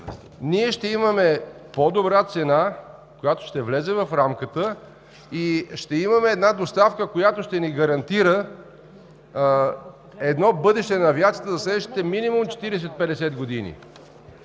ние ще имаме по добра цена, която ще влезе в рамката и ще имаме една доставка, която ще ни гарантира едно бъдеще на авиацията за следващите минимум 40 – 50 години.